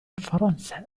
فرنسا